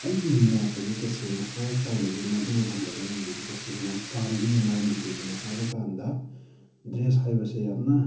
ꯑꯩꯒꯤ ꯃꯣꯠꯇꯗꯤ ꯇꯁꯦꯡꯅ ꯍꯥꯏꯔꯀꯥꯟꯗꯗꯤ ꯃꯗꯨꯒꯨꯝꯕꯗꯣ ꯑꯩꯒꯤꯗꯗꯤ ꯇꯁꯦꯡꯅ ꯄꯥꯝꯗꯦ ꯃꯔꯝꯗꯤ ꯀꯔꯤꯒꯤꯅꯣ ꯍꯥꯏꯕꯀꯥꯟꯗ ꯗ꯭ꯔꯦꯁ ꯍꯥꯏꯕꯁꯦ ꯌꯥꯝꯅ